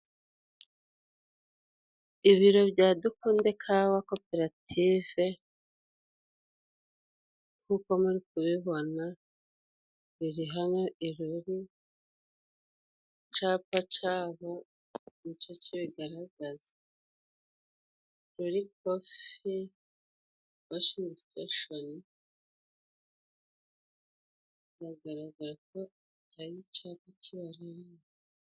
Ibiro bya Dukundekawa koperative nk'uko muri kubibona biri hano i Ruli icapa cabo nico kibigaragaza Ruli kofi washingi siteshoni biragaragara ko iki ari icapa kiharanga.